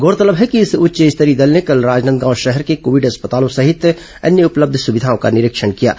गौरतलब है कि इस उच्च स्तरीय दल ने कल राजनांदगांव शहर के कोविड अस्पतालों सहित अन्य उपलब्ध सुविधाओं का निरीक्षण किया था